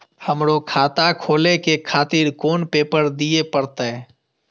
हमरो खाता खोले के खातिर कोन पेपर दीये परतें?